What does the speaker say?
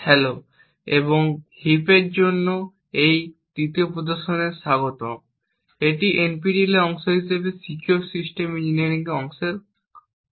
hello এবং হিপগুলির জন্য এই তৃতীয় প্রদর্শনে স্বাগতম এটি NPTEL এর অংশ হিসাবে সিকিউর সিস্টেম ইঞ্জিনিয়ারিং কোর্সের অংশ